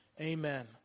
Amen